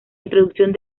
introducción